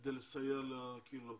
כדי לסייע לקהילות.